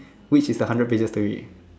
which is a hundred pages pay